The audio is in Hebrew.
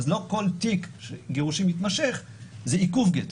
אז לא כל תיק גירושין מתמשך הוא עיכוב גט,